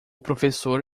professor